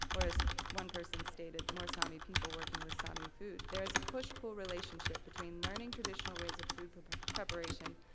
or as one person stated, more sami people working with sami food, there is a push-pull relationship between learning traditional ways of food preparation,